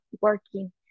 working